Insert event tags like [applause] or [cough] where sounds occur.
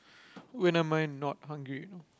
[breath] when am I not hungry you know